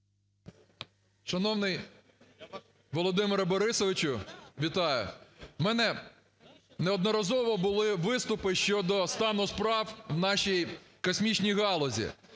Шановний Володимире Борисовичу, вітаю. В мене неодноразово були виступи щодо стану справ в нашій космічній галузі.